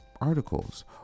articles